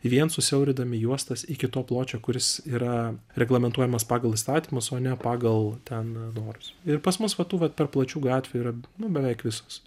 vien susiaurindami juostas iki to pločio kuris yra reglamentuojamas pagal įstatymus o ne pagal ten norus ir pas mus va tų vat per plačių gatvių yra nu beveik visos